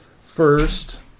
First